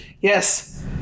yes